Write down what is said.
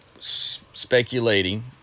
speculating